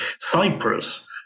Cyprus